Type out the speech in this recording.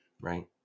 Right